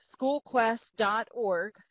schoolquest.org